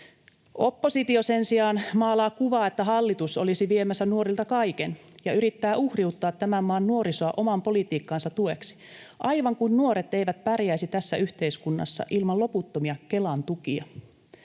Oppositio sen sijaan maalaa kuvaa, että hallitus olisi viemässä nuorilta kaiken, ja yrittää uhriuttaa tämän maan nuorisoa oman politiikkansa tueksi, aivan kuin nuoret eivät pärjäisi tässä yhteiskunnassa ilman loputtomia Kelan tukia.